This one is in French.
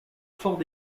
fort